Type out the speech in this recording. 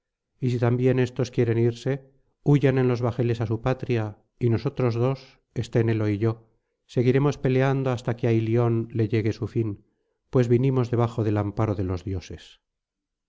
y si también éstos quieren irse huyan en los bajeles á su patria y nosotros dos esténelo y yo seguiremos peleando hasta que á ilion le llegue su fin pues vinimos debajo del amparo de los dioses